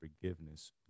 forgiveness